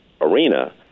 arena